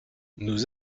nous